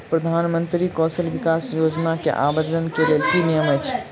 प्रधानमंत्री कौशल विकास योजना केँ आवेदन केँ लेल की नियम अछि?